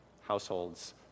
households